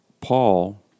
Paul